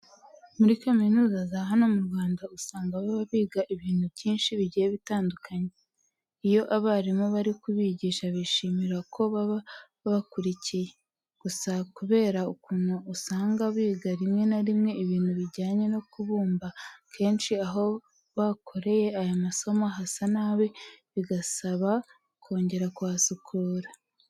Muri kaminuza za hano mu Rwanda usanga baba biga ibintu byinshi bigiye bitandukanye. Iyo abarimu bari kubigisha bishimira ko baba babakurikiye. Gusa kubera ukuntu usanga biga rimwe na rimwe ibintu bijyanye no kubumba, akenshi aho bakoreye ayo masomo hasa nabi bigasaba kongera kuhasukura.